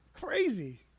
Crazy